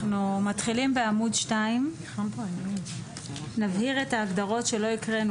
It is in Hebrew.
אנחנו מתחילים בעמוד 2. נבהיר את ההגדרות שלא הקראנו,